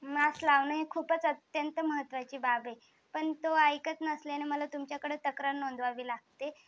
mask लावणे हे खूपच अत्यंत महत्वाची बाब आहे पण तो ऐकत नसल्याने मला तुमच्याकडे तक्रार नोंदवावी लागते